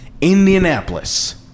Indianapolis